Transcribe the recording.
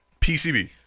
PCB